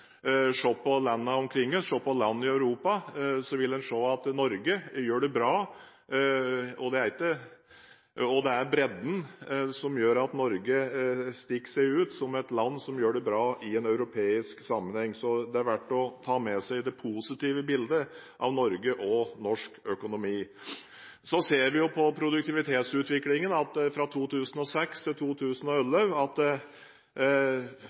på landene omkring oss, se på land i Europa – da vil en se at Norge gjør det bra. Det er bredden som gjør at Norge stikker seg ut som et land som gjør det bra i europeisk sammenheng. Det er verdt å ta med seg det positive bildet av Norge og norsk økonomi. Ser vi på produktivitetsutviklingen, ser vi at en – kanskje med unntak av Amerika – fra 2006 til